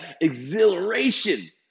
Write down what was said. exhilaration